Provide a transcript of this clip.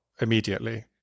immediately